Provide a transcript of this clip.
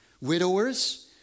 widowers